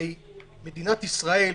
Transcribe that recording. הרי מדינת ישראל,